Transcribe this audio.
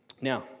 Now